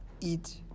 eat